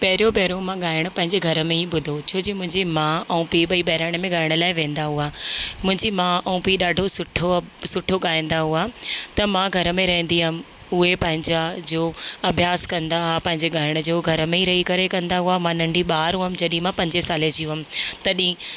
पहिरियों पहिरियों मां ॻाइणु पंहिंजे घर में ई ॿुधो छो जे मुंहिंजी माउ ऐं पीउ ॿई ॿहिराणे में ॻाइण लाइ वेंदा हुआ मुंहिंजी माउ ऐं पीउ ॾाढो सुठो सुठो ॻाईंदा हुआ त मां घर में रहंदी हुअमि उहे पंहिंजा जो अभ्यासु कंदा हुआ पंहिंजे ॻाइण जो घर में ई रही करे कंदा हुआ मां नंढी ॿारु हुअमि जॾहिं मां पंजे सालें जी हुअमि तॾहिं